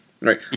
right